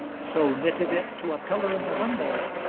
so knitted it to a pillar in the window,